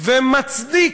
ומצדיק,